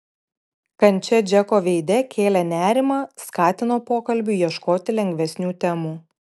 kančia džeko veide kėlė nerimą skatino pokalbiui ieškoti lengvesnių temų